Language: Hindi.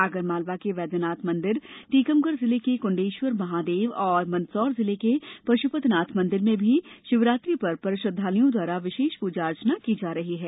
आगरमालवा के वैद्यनाथ मंदिर टीकमगढ़ जिले के कुंडेश्वर महादेव और मंदसौर के पशुपतिनाथ मंदिर में भी शिवरात्रि पर्व पर श्रद्धालुओं द्वारा विशेष पूजा की जा रही है